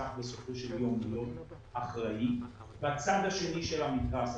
וצריך בסופו של יום להיות אחראים והצד השני של המתרס,